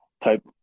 type